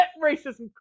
Racism